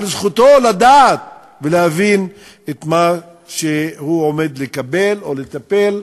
זכותו לדעת ולהבין את מה שהוא עומד לקבל או לטפל,